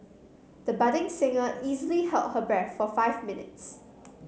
the budding singer easily held her breath for five minutes